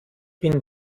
bin